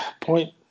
point